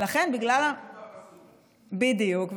בדיוק.